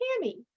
Tammy